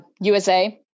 USA